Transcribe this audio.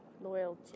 Loyal